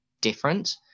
different